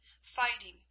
fighting